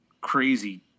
crazy